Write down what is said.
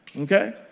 Okay